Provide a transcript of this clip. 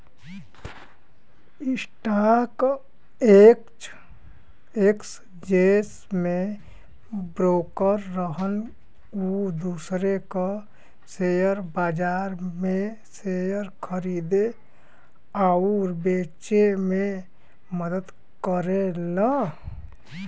stock exchange में broker रहन उ दूसरे के शेयर बाजार में शेयर खरीदे आउर बेचे में मदद करेलन